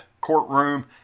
courtroom